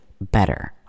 better